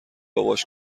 باباش